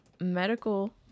medical